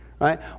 right